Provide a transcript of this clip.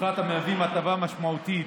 המהווים הטבה משמעותית.